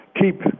Keep